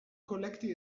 kolekti